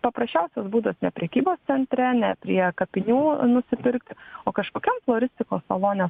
paprasčiausias būdas ne prekybos centre ne prie kapinių nusipirkt o kažkokiam floristikos salone